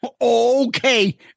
Okay